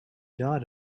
dot